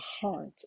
heart